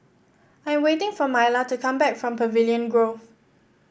I'm waiting for Myla to come back from Pavilion Grove